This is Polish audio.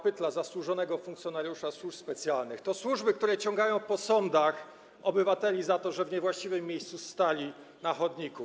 Pytla, zasłużonego funkcjonariusza służb specjalnych, to służby, które ciągają po sądach obywateli za to, że w niewłaściwym miejscu stali na chodniku.